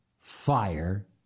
fire